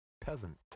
peasant